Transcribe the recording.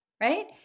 right